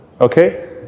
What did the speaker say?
okay